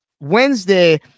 Wednesday